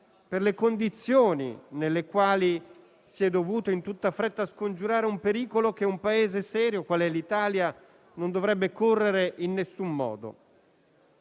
per le condizioni nelle quali si è dovuto in tutta fretta scongiurare un pericolo che un Paese serio, quale è l'Italia, non dovrebbe correre in nessun modo.